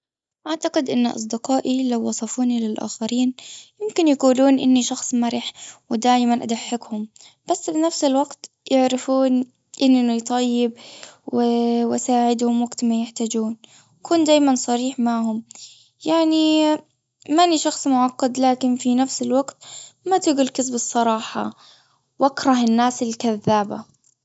أعتقد أن أصدقائي لو وصفوني للأخرين ممكن يقولون أني شخص مرح ودايما أضحكهم. بس بنفس الوقت يعرفون أني طيب وأساعدهم وقت ما يحتاجون. أكون دايما صريح معهم. يعني مأني شخص معقد لكن في نفس الوقت ما تقول كذبي الصراحة. وأكره الناس الكذابة.